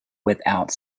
without